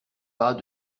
pas